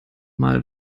mal